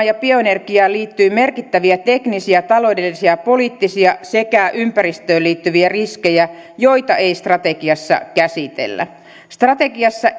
ja bioenergiaan liittyy merkittäviä teknisiä taloudellisia poliittisia sekä ympäristöön liittyviä riskejä joita ei strategiassa käsitellä strategiassa